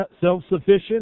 self-sufficient